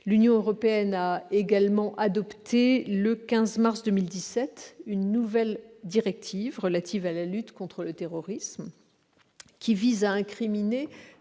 L'Union européenne a également adopté, le 15 mars 2017, une nouvelle directive relative à la lutte contre le terrorisme, qui vise à incriminer